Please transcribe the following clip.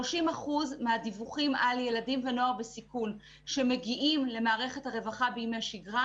30% מהדיווחים על ילדים ונוער בסיכון שמגיעים למערכת הרווחה בימי שגרה,